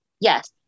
Yes